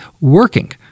working